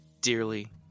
dearly